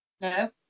No